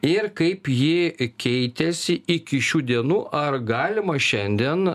ir kaip ji keitėsi iki šių dienų ar galima šiandien